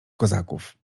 kozaków